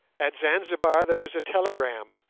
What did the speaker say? at zanzibar there was a telegram.